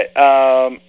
Okay